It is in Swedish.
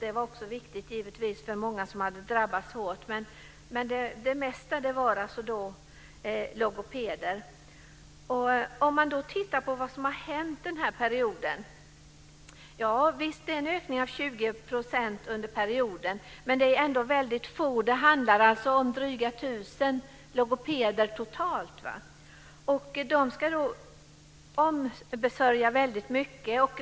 Det var också viktigt för många som hade drabbats hårt, men det viktigaste var logopeder. Vi kan titta på vad som har hänt denna period. Visst har det skett en ökning med 20 % under perioden, men det finns ändå väldigt få logopeder. Det finns drygt 1 000 logopeder totalt. De ska ombesörja väldigt mycket.